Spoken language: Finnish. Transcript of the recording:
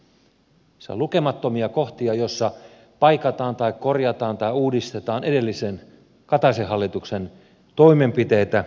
siellä on lukemattomia kohtia joissa paikataan tai korjataan tai uudistetaan edellisen kataisen hallituksen toimenpiteitä